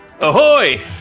Ahoy